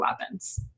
weapons